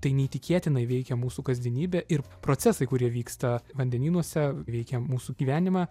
tai neįtikėtinai veikia mūsų kasdienybę ir procesai kurie vyksta vandenynuose veikia mūsų gyvenimą